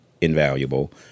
invaluable